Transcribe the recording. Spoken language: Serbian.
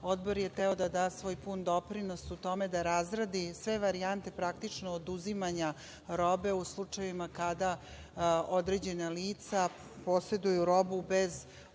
Odbor je hteo da da svoj pun doprinos u tome da razradi sve varijante praktično oduzimanja robe u slučajevima kada određena lica poseduju robu bez adekvatne